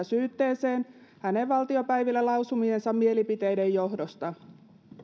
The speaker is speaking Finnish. syytteeseen hänen valtiopäivillä lausumiensa mielipiteiden johdosta